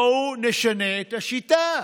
בואו נשנה את השיטה.